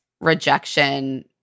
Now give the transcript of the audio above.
rejection